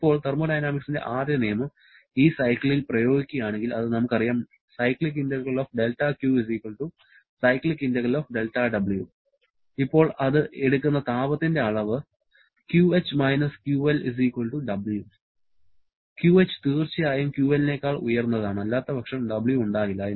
ഇപ്പോൾ തെർമോഡൈനാമിക്സിന്റെ ആദ്യ നിയമം ഈ സൈക്കിളിൽ പ്രയോഗിക്കുകയാണെങ്കിൽ അത് നമുക്കറിയാം ഇപ്പോൾ അത് എടുക്കുന്ന താപത്തിന്റെ അളവ് QH QLW QH തീർച്ചയായും QL നേക്കാൾ ഉയർന്നതാണ് അല്ലാത്തപക്ഷം W ഉണ്ടാകില്ല